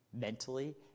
Mentally